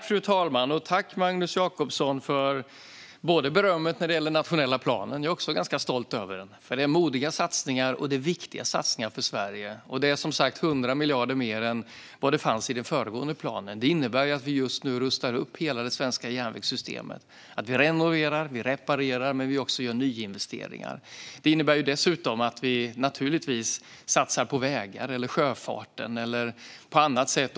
Fru talman! Tack, Magnus Jacobsson, för berömmet när det gäller den nationella planen! Jag är också ganska stolt över den, för den innehåller modiga satsningar som är viktiga för Sverige. Den innehåller, som sagt, 100 miljarder mer än vad som fanns i den föregående planen. Detta innebär att vi just nu rustar upp hela det svenska järnvägssystemet. Vi renoverar, vi reparerar och vi gör nyinvesteringar. Det innebär dessutom att vi - naturligtvis - satsar på vägar och sjöfart.